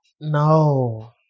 No